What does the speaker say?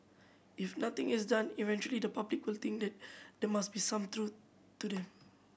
if nothing is done eventually the public will think that the must be some truth to them